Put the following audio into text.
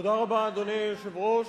תודה רבה, אדוני היושב-ראש.